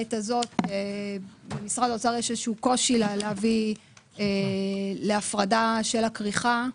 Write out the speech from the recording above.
שבעת הזאת למשרד האוצר יש איזה שהוא קושי להביא להפרדה של הכריכה .